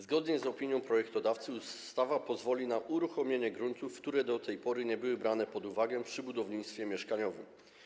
Zgodnie z opinią projektodawcy ustawa pozwoli na uruchomienie gruntów, które do tej pory nie były brane pod uwagę przy budownictwie mieszkaniowym.